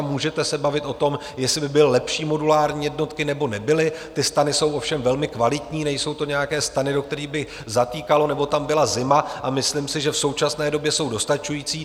Můžete se bavit o tom, jestli by byly lepší modulární jednotky nebo nebyly, ty stany jsou ovšem velmi kvalitní, nejsou to nějaké stany, do kterých by zatékalo, nebo tam byla zima, a myslím si, že v současné době jsou dostačující.